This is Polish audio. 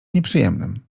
nieprzyjemnym